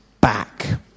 back